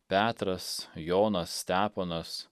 petras jonas steponas